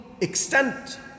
extent